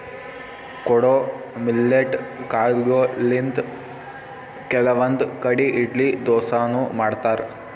ಕೊಡೊ ಮಿಲ್ಲೆಟ್ ಕಾಲ್ಗೊಳಿಂತ್ ಕೆಲವಂದ್ ಕಡಿ ಇಡ್ಲಿ ದೋಸಾನು ಮಾಡ್ತಾರ್